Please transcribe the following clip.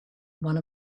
one